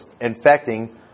infecting